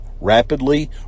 rapidly